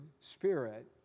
spirit